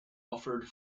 offered